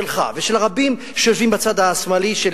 שלך ושל רבים שיושבים בצד השמאלי שלי,